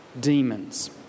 demons